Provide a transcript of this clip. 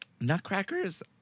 Nutcrackers